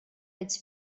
its